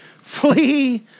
flee